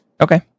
Okay